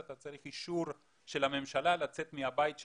אתה צריך אישור של הממשלה לצאת מהבית שלך,